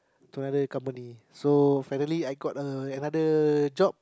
to other company so finally I got a another job